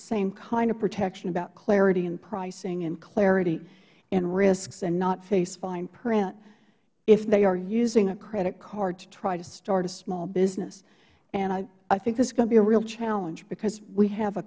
same kind of protection about clarity in pricing and clarity in risks and not face fine print if they are using a credit card to try to start a small business and i think this is going to be a real challenge because we have a